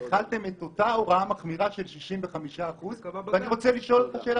החלתם את אותה הערה מכלילה של 65%. אני רוצה לשאול שאלה